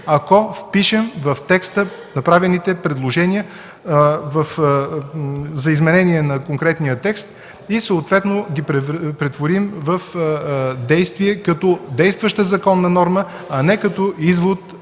ако впишем в текста направените предложения за изменение на конкретния текст и съответно ги претворим в действия като действаща законна норма, а не като извод,